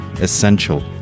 essential